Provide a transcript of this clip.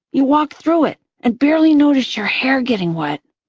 you walk through it and barely notice your hair getting wet.